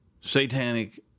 Satanic